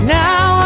now